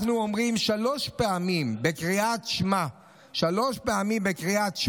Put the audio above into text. אנחנו אומרים שלוש פעמים בקריאת שמע את הדבר